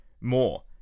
more